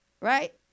right